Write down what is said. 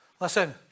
Listen